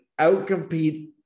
outcompete